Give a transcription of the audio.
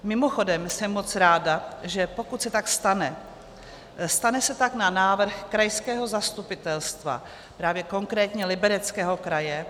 Mimochodem jsem moc ráda, že pokud se tak stane, stane se tak na návrh krajského zastupitelstva, právě konkrétně Libereckého kraje.